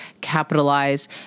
capitalize